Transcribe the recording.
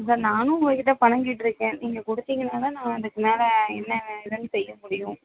sir நானும் உங்கள் கிட்டே பணம் கேட்டிருக்கேன் நீங்கள் கொடுத்தீங்கனா தான் நான் மேலே என்ன இதுன்னு செய்ய முடியும்